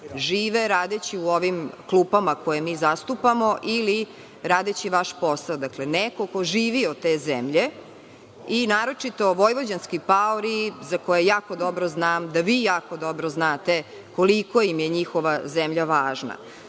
žive radeći u ovim klupama koje mi zastupamo ili radeći vaš posao. Dakle, neko ko živi od te zemlje, naročito vojvođanski paori, a jako dobro znam da vi jako dobro znate koliko im je njihova zemlja važna.